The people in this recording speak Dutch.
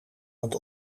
want